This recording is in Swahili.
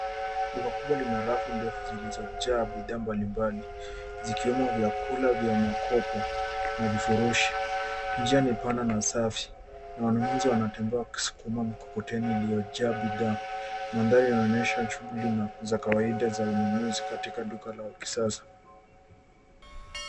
Duka kubwa lina rafu ndefu zilizojaa bidhaa mbalimbali zikiwemo vyakula vya makopo na vifurushi. Njia ni pana na safi na wanunuzi wanatembea wakisukuma mkokoteni iliyojaa bidhaa. Mandhari inaonesha shughuli nafuu za kawaida za ununuzi katika duka la kisasa.